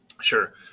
Sure